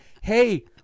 hey